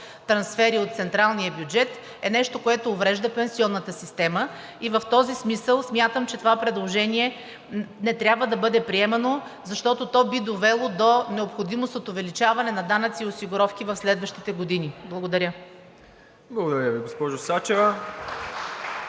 трансфери от централния бюджет, е нещо, което уврежда пенсионната система и в този смисъл смятам, че това предложение не трябва да бъде приемано, защото то би довело до необходимост от увеличаване на данъци и осигуровки в следващите години. Благодаря. (Ръкопляскания